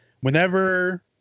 whenever